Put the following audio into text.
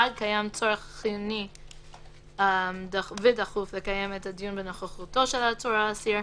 (1) קיים צורך חיוני ודחוף לקיים את הדיון בנוכחותו של העצור או האסיר,